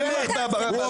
אני לא מבין את זה.